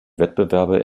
wettbewerbe